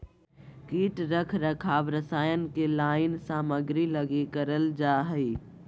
कीट रख रखाव रसायन के लाइन सामग्री लगी करल जा हइ